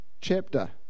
chapter